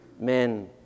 men